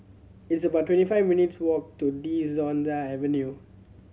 it's about twenty five minutes' walk to De Souza Avenue